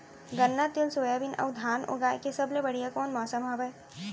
गन्ना, तिल, सोयाबीन अऊ धान उगाए के सबले बढ़िया कोन मौसम हवये?